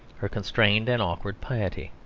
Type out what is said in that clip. her constrained and awkward piety.